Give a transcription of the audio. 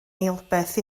eilbeth